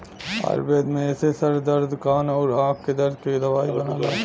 आयुर्वेद में एसे सर दर्द कान आउर आंख के दर्द के दवाई बनला